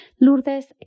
Lourdes